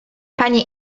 panie